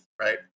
right